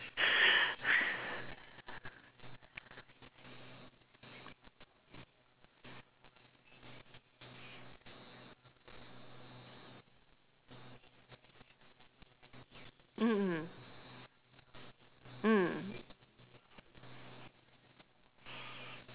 mm mm